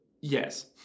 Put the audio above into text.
Yes